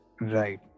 Right